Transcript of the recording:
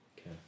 Okay